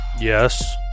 Yes